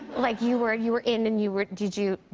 like, you were you were in, and you were did you